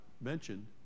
mentioned